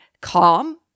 calm